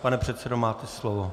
Pane předsedo, máte slovo.